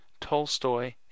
Tolstoy